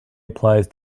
applies